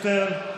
חבר הכנסת שטרן.